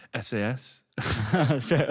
SAS